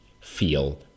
feel